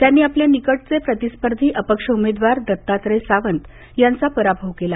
त्यांनी आपले निकटचे प्रतिस्पर्धी अपक्ष उमेदवार दत्तात्रय सावंत यांचा पराभव केला